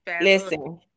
listen